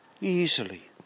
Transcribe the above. Easily